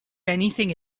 anything